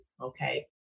okay